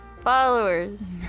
followers